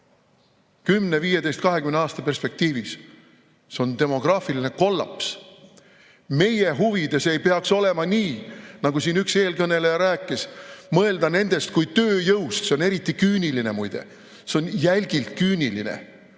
15 ja 20 aasta perspektiivis? See on demograafiline kollaps. Meie huvides ei peaks olema, nii nagu siin üks eelkõneleja rääkis, mõelda nendest kui tööjõust. See on eriti küüniline, muide. See on jälgilt küüniline!